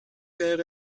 wäre